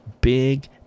big